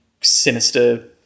sinister